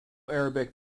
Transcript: arabic